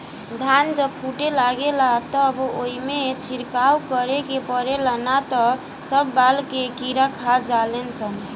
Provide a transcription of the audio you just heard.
धान जब फूटे लागेला त ओइमे छिड़काव करे के पड़ेला ना त सब बाल के कीड़ा खा जाले सन